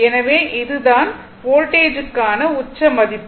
எனவே இது தான் வோல்டேஜ்க்கான உச்ச மதிப்பு